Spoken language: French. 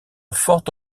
forte